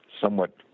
somewhat